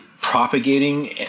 propagating